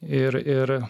ir ir